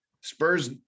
Spurs